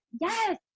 yes